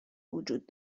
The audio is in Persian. وجود